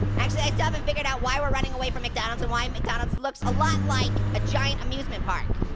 actually i still haven't figured out why we're running away from mcdonald's and why mcdonald's looks a lot like a giant amusement park.